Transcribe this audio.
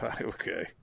okay